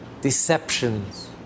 deceptions